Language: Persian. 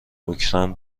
اوکراین